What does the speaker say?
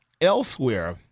elsewhere